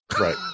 Right